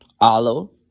Alo